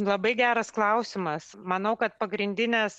labai geras klausimas manau kad pagrindinės